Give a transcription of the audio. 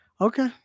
Okay